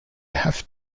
have